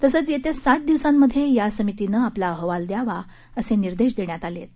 तसंच येत्या सात दिवसांमध्ये या समितीनं आपला अहवाल द्यावा ते निर्देश देण्यात आले आहेत